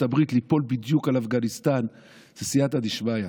הברית ליפול בדיוק על אפגניסטן זה סייעתא דשמיא,